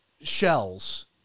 shells